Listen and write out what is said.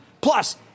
Plus